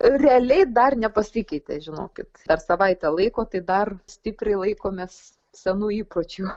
realiai dar nepasikeitė žinokit per savaitę laiko tai dar stipriai laikomės senų įpročių